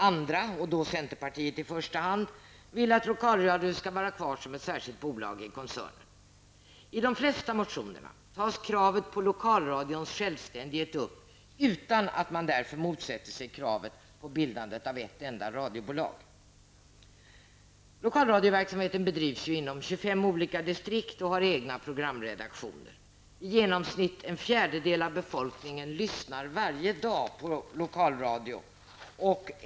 Andra -- och då centerpartiet i första hand -- vill att lokalradion skall vara kvar som ett särskilt bolag i koncernen. I de flesta motionerna tas kravet på lokalradions självständighet upp utan att man därmed motsätter sig kravet på bildandet av ett enda radiobolag. Lokalradioverksamheten bedrivs inom 25 distrikt och har egna programredaktioner. I genomsnitt en fjärdedel av befolkningen lyssnar varje dag på lokalradion.